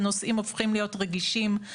הנושאים הופכים להיות רגישים.